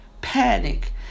panic